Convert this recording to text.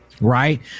Right